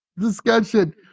discussion